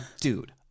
dude